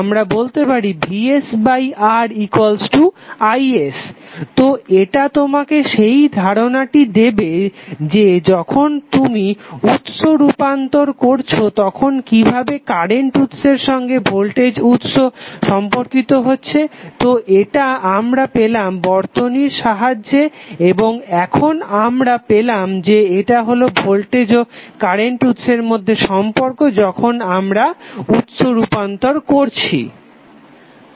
আমরা পেতে পারি vsRis তো এটা তোমাকে সেই ধারনাটি দেবে যে যখন তুমি উৎস রূপান্তর করছো তখন কিভাবে কারেন্টের উৎসের সঙ্গে ভোল্টেজ উৎস সম্পর্কিত হচ্ছে তো এটা আমরা পেলাম বর্তনীটির সাহায্যে এবং এখন আমরা পেলাম যে এটা হলো ভোল্টেজ ও কারেন্ট উৎসের মধ্যে সম্পর্ক যখন আমরা উৎস রূপান্তর করছি